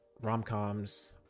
rom-coms